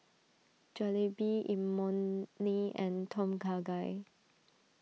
Jalebi Imoni and Tom Kha Gai